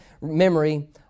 memory